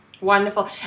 Wonderful